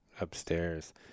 upstairs